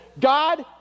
God